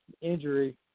injury